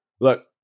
Look